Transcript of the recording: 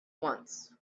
once